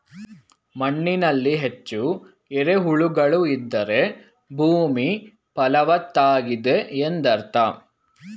ಮಣ್ಣಿನಲ್ಲಿ ಹೆಚ್ಚು ಎರೆಹುಳುಗಳು ಇದ್ದರೆ ಭೂಮಿ ಫಲವತ್ತಾಗಿದೆ ಎಂದರ್ಥ